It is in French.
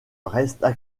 restent